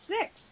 six